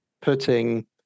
putting